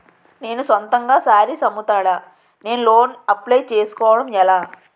నేను సొంతంగా శారీస్ అమ్ముతాడ, నేను లోన్ అప్లయ్ చేసుకోవడం ఎలా?